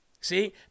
See